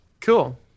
Cool